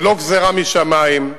זה לא גזירה משמים.